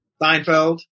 Seinfeld